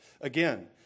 Again